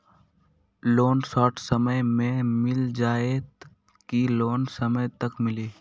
Loan short समय मे मिल जाएत कि लोन समय तक मिली?